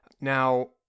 Now